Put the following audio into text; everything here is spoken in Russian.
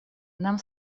нам